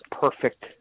perfect